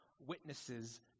witnesses